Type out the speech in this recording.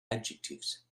adjectives